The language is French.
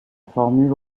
formule